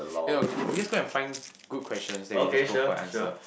eh no we we just go and find good questions then we just both go and answer